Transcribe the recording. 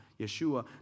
Yeshua